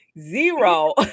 zero